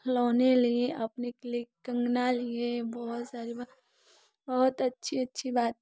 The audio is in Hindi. खिलौने लिए अपने के लिए कंगना लिए बहुत सारी बहुत अच्छी अच्छी बात